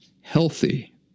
healthy